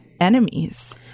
enemies